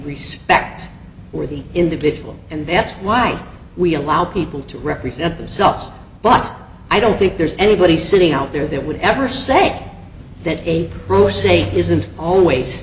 respect for the individual and that's why we allow people to represent themselves but i don't think there's anybody sitting out there that would ever say that a brewer say isn't always